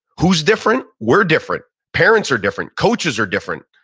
who's different? we're different. parents are different. coaches are different.